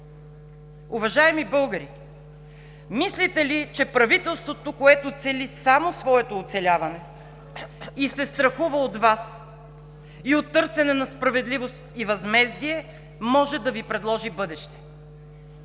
Уважаеми българи, мислите ли, че правителството, което цели само своето оцеляване, страхува се от Вас и от търсене на справедливост и възмездие, може да Ви предложи бъдеще?